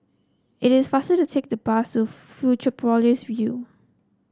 it is faster to take the bus to Fusionopolis View